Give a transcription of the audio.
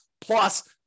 plus